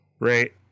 right